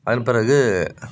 அதன் பிறகு